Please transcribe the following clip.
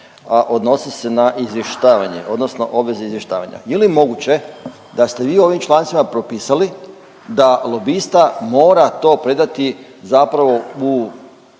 a odnose se na izvještavanje odnosno obveze izvještavanja. Je li moguće da ste vi ovim člancima propisali da lobista mora to predati zapravo u